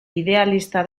idealista